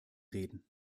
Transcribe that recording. reden